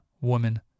woman